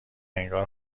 انگار